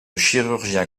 chirurgien